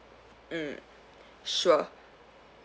mm sure